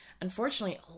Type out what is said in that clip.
Unfortunately